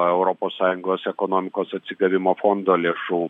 europos sąjungos ekonomikos atsigavimo fondo lėšų